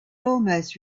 almost